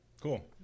Cool